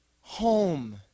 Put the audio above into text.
home